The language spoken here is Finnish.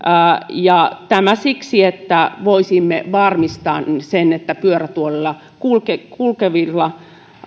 ja tämä siksi että voisimme varmistaa sen että pyörätuolilla kulkevilla kulkevilla